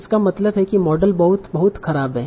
इसका मतलब है कि मॉडल बहुत बहुत खराब है